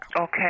Okay